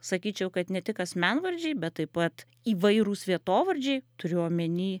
sakyčiau kad ne tik asmenvardžiai bet taip pat įvairūs vietovardžiai turiu omeny